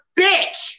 bitch